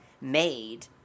made